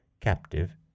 captive